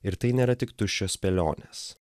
ir tai nėra tik tuščios spėlionės